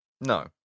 No